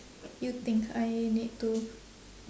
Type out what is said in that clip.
you think I need to